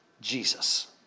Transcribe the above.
Jesus